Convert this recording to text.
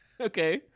Okay